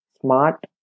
smart